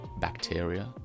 bacteria